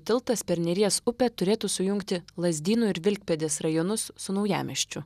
tiltas per neries upę turėtų sujungti lazdynų ir vilkpėdės rajonus su naujamiesčiu